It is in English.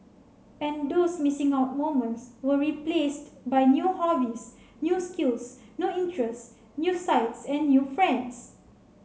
and those missing out moments were replaced by new hobbies new skills new interests new sights and new friends